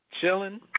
chilling